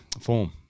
form